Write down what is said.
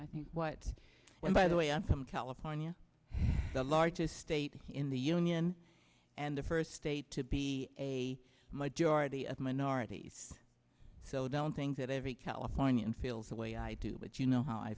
i think what when by the way i'm from california the largest state in the union and the first state to be a majority of minorities so don't think that every californian feels the way i do but you know how i